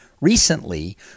recently